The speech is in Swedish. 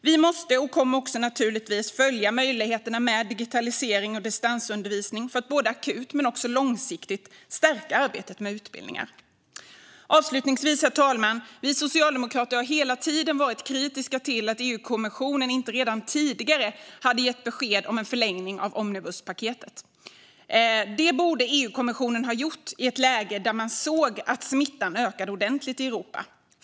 Vi måste naturligtvis, och kommer att, följa möjligheterna med digitalisering och distansundervisning för att akut, men också långsiktigt, stärka arbetet med utbildningar. Herr talman! Avslutningsvis vill jag säga att vi socialdemokrater hela tiden har varit kritiska till att EU-kommissionen inte redan tidigare gett besked om en förlängning av omnibuspaketet. Det borde EU-kommissionen har gjort i ett läge där man såg att smittan ökade ordentligt i Europa.